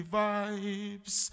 vibes